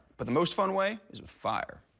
but the most fun way is with fire.